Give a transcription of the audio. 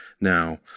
now